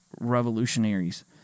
revolutionaries